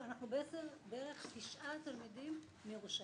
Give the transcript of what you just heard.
אנחנו בערך תשעה תלמידים מירושלים,